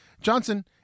Johnson